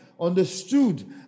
understood